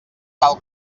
tal